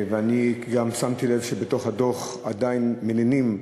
ואני גם שמתי לב שבתוך הדוח עדיין מלינים,